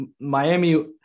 Miami –